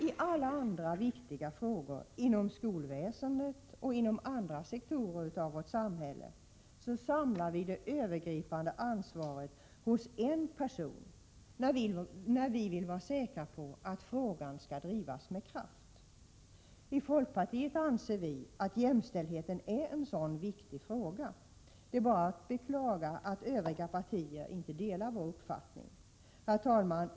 I alla andra viktiga frågor inom skolväsendet och andra sektorer i vårt samhälle samlar vi det övergripande ansvaret hos en person när vi vill vara säkra på att en fråga skall drivas med kraft. I folkpartiet anser vi att jämställdheten är en sådan viktig fråga. Det är bara att beklaga att övriga partier inte delar vår uppfattning. Herr talman!